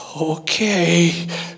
okay